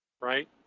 right